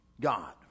God